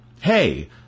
Hey